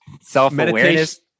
Self-awareness